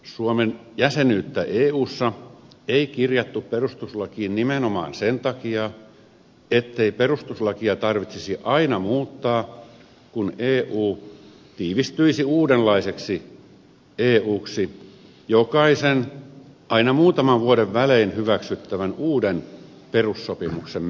suomen jäsenyyttä eussa ei kirjattu perustuslakiin nimenomaan sen takia ettei perustuslakia tarvitsisi aina muuttaa kun eu tiivistyisi uudenlaiseksi euksi jokaisen aina muutaman vuoden välein hyväksyttävän uuden perussopimuksen myötä